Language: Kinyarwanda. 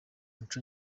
muco